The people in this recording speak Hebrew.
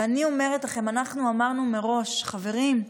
ואני אומרת לכם, אנחנו אמרנו מראש: חברים,